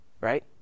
right